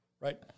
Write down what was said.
right